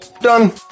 Done